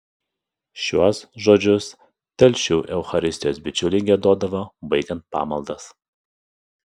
šiuos žodžius telšių eucharistijos bičiuliai giedodavo baigiant pamaldas